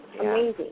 Amazing